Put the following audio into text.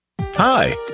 Hi